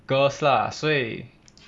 girls lah 所以